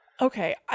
Okay